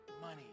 money